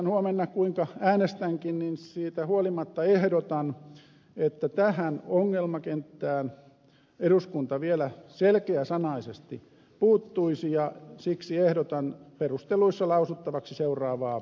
äänestän huomenna kuinka äänestänkin niin siitä huolimatta ehdotan että tähän ongelmakenttään eduskunta vielä selkeäsanaisesti puuttuisi ja siksi ehdotan perusteluissa lausuttavaksi seuraavaa lausumaa